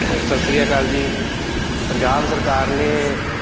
ਸਤਿ ਸ਼੍ਰੀ ਅਕਾਲ ਜੀ ਪੰਜਾਬ ਸਰਕਾਰ ਨੇ